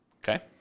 Okay